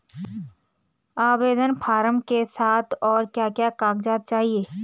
आवेदन फार्म के साथ और क्या क्या कागज़ात चाहिए?